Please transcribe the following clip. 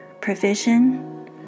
provision